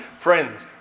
friends